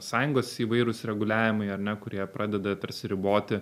sąjungos įvairūs reguliavimai ar ne kurie pradeda tarsi riboti